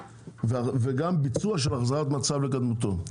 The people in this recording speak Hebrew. וגם ביצוע של החזרת מצב לקדמותו,